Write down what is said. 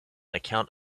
account